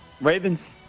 Ravens